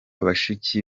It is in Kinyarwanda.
bashiki